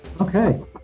Okay